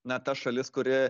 na ta šalis kuri